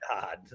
god